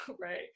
right